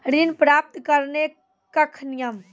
ऋण प्राप्त करने कख नियम?